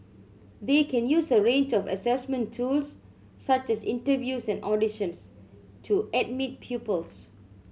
they can use a range of assessment tools such as interviews and auditions to admit pupils